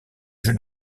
jeu